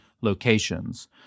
locations